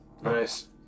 Nice